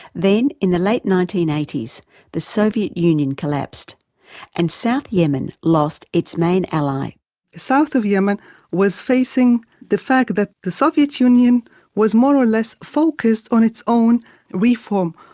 then in the late nineteen eighty s the soviet union collapsed and south yemen lost its main ally. the south of yemen was facing the fact that the soviet union was more or less focused on its own reform.